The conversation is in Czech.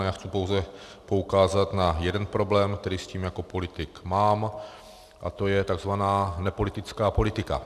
Já chci pouze poukázat na jeden problém, který s tím jako politik mám, a to je tzv. nepolitická politika.